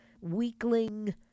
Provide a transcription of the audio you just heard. weakling